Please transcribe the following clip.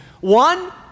One